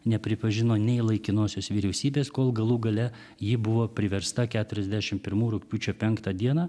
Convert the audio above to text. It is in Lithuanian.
nepripažino nei laikinosios vyriausybės kol galų gale ji buvo priversta keturiasdešimt pirmų rugpjūčio penktą dieną